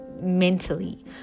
mentally